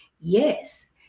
Yes